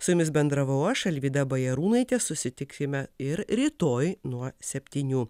su jumis bendravau aš alvyda bajarūnaitė susitiksime ir rytoj nuo septynių